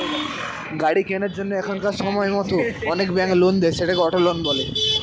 গাড়ি কেনার জন্য এখনকার সময়তো অনেক ব্যাঙ্ক লোন দেয়, সেটাকে অটো লোন বলে